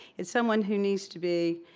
it's someone who needs to be